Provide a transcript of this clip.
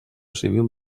civil